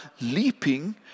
leaping